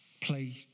play